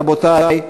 רבותי,